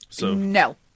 No